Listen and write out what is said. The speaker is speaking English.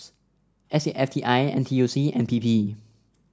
S A F T I N T U C and P P